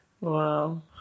Wow